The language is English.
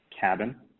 Cabin